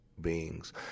beings